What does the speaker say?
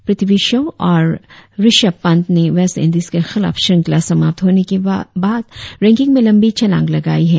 पृत्वी शॉ और ऋषभ पंत ने West Indies के खिलाफ श्रृंखला समाप्त होने के बाद रैंकिंग में लंबी छलांग लगायी है